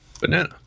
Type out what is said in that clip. Banana